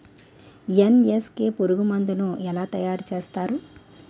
NSK పురుగు మందు ను ఎలా తయారు చేస్తారు?